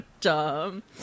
dumb